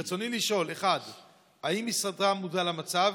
רצוני לשאול: 1. האם משרדך מודע למצב?